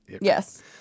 Yes